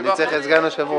אני צריך את סגן היושב-ראש.